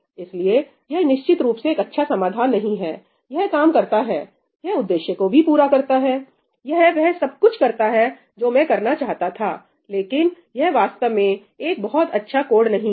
इसलिए यह निश्चित रूप से एक अच्छा समाधान नहीं है यह काम करता है यह उद्देश्य को भी पूरा करता है यह वह सब कुछ करता है जो मैं करना चाहता था लेकिन यह वास्तव में एक बहुत अच्छा कोड नहीं है